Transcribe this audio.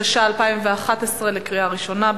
התשע"א 2011. קריאה ראשונה.